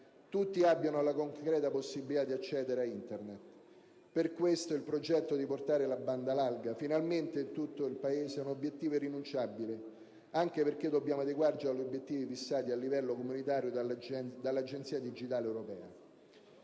tutti abbiano la concreta possibilità di accedere a Internet. Per questo il progetto di portare la banda larga finalmente in tutto il Paese è un obiettivo irrinunciabile, anche perché dobbiamo adeguarci agli obiettivi fissati a livello comunitario dall'Agenda digitale europea.